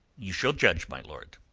you shall judge, my lord.